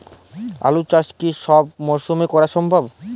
আলু চাষ কি সব মরশুমে করা সম্ভব?